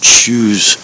choose